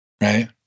right